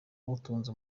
utunze